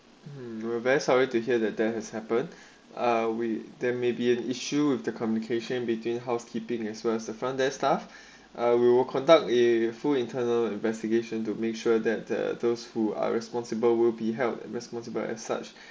mm we are very sorry to hear that that has happen ah we there may be an issue with the communication between housekeeping as well as the front their staff are we will conduct a full internal investigation to make sure that the those who are responsible will be held responsible and such